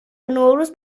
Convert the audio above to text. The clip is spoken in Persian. نوروز